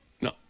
No